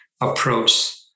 approach